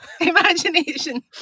Imagination